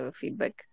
feedback